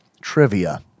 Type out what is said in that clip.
trivia